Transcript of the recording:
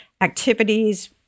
activities